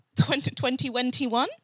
2021